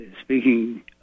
speaking